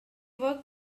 worked